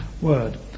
word